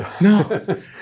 no